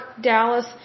Dallas